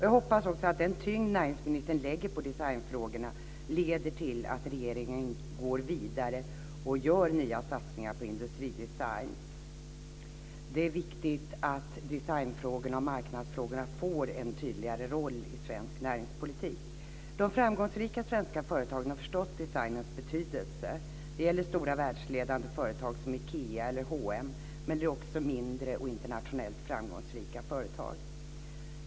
Jag hoppas också att den tyngd näringsministern lägger vid designfrågorna leder till att regeringen går vidare och gör nya satsningar på industridesign. Det är viktigt att designfrågorna och marknadsfrågorna får en tydligare roll i svensk näringspolitik. De framgångsrika svenska företagen har förstått designens betydelse. Det gäller stora världsledande företag som IKEA eller H & M, men också mindre och internationellt framgångsrika företag.